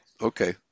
okay